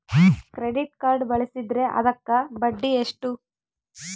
Credit card ಬಳಸಿದ್ರೇ ಅದಕ್ಕ ಬಡ್ಡಿ ಎಷ್ಟು?